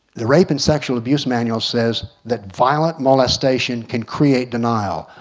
the rape and sexual abuse manual says, that violent molestation can create denial.